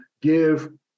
give